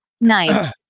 Nine